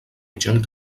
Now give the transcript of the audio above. mitjan